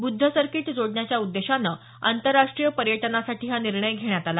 Buddha circuit जोडण्याच्या उद्देशानं आंतरराष्ट्रीय पर्यटनासाठी हा निर्णय घेण्यात आला